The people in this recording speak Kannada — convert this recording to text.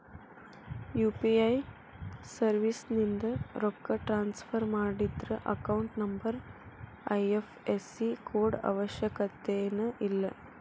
ಯು.ಪಿ.ಐ ಸರ್ವಿಸ್ಯಿಂದ ರೊಕ್ಕ ಟ್ರಾನ್ಸ್ಫರ್ ಮಾಡಿದ್ರ ಅಕೌಂಟ್ ನಂಬರ್ ಐ.ಎಫ್.ಎಸ್.ಸಿ ಕೋಡ್ ಅವಶ್ಯಕತೆನ ಇಲ್ಲ